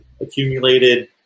accumulated